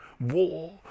war